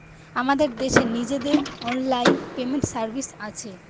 আমাদের দেশের নিজেদের অনলাইন পেমেন্ট সার্ভিস আছে